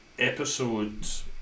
episodes